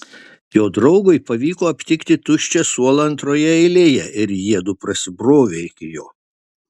jo draugui pavyko aptikti tuščią suolą antroje eilėje ir jiedu prasibrovė iki jo